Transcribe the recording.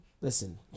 Listen